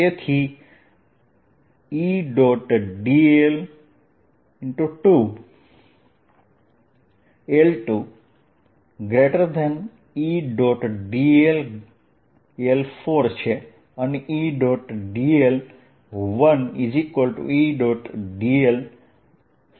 તેથી Edl|2Edl|4 છે અને Edl|1Edl|30 છે